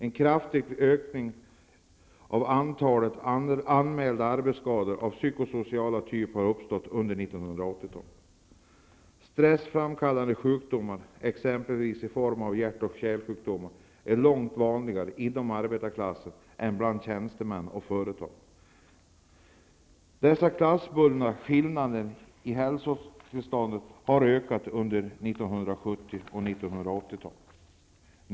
En kraftig ökning av antalet anmälda arbetsskador av psykosocial typ har uppstått under 1980-talet. Stressframkallade sjukdomar, exempelvis i form av hjärt-kärlsjukdomar, är långt vanligare inom arbetarklassen än bland tjänstemän och företagare. Dessa klassbundna skillnader i hälsotillstånd har ökat under 1970 och 1980-talen.